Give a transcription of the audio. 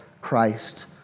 Christ